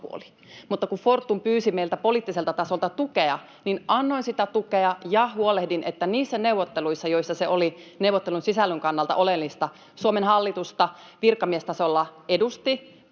mutta kun Fortum pyysi meiltä poliittiselta tasolta tukea, niin annoin sitä tukea ja huolehdin, että niissä neuvotteluissa, joissa se oli neuvottelun sisällön kannalta oleellista, Suomen hallitusta virkamiestasolla edusti